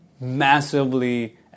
massively